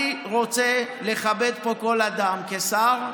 אני רוצה לכבד פה כל אדם, כשר,